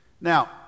Now